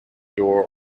door